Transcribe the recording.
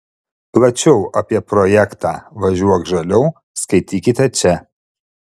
plačiau apie projektą važiuok žaliau skaitykite čia